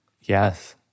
Yes